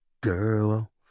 girl